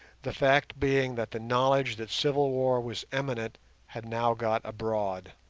the fact being that the knowledge that civil war was imminent had now got abroad.